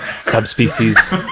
Subspecies